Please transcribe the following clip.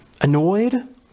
Annoyed